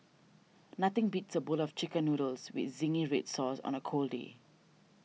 nothing beats a bowl of Chicken Noodles with Zingy Red Sauce on a cold day